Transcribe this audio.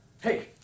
Hey